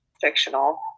fictional